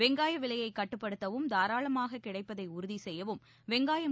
வெங்காய விலையை கட்டுப்படுத்தவும் தாராளமாக கிடைப்பதை உறுதி செய்யவும் வெங்காயம்